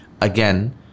again